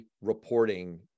reporting